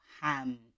ham